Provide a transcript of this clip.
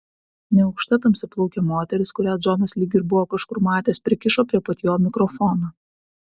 neaukšta tamsiaplaukė moteris kurią džonas lyg ir buvo kažkur matęs prikišo prie pat jo mikrofoną